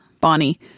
Bonnie